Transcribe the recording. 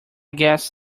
guessed